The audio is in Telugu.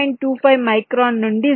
25 మైక్రాన్ నుండి 0